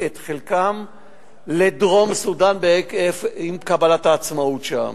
את חלקם לדרום-סודן, עם קבלת העצמאות שם.